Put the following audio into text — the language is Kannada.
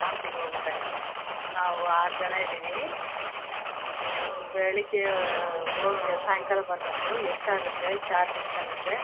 ಹಂಪಿಗ್ ಹೋಗ್ಬೇಕಾಗಿತ್ ನಾವು ಆರು ಜನ ಇದ್ದೀವಿ ಬೆಳಿಗ್ಗೆ ಹೋಗಿ ಸಾಯಂಕಾಲ ಬರಬೇಕು ಎಷ್ಟಾಗುತ್ತೆ ಚಾರ್ಜ್ ಎಷ್ಟಾಗುತ್ತೆ